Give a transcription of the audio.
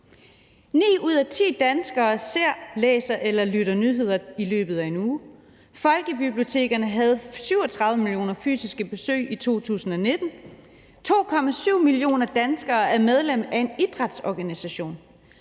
Ni ud af ti danskere ser, læser eller lytter til nyheder i løbet af en uge, folkebibliotekerne havde 37 millioner fysiske besøg i 2019, 2,7 millioner danskere er medlem af en idrætsorganisation,